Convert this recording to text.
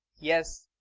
yes.